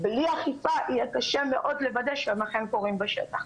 בלי אכיפה יהיה קשה מאוד לוודא שהם אכן קורים בשטח.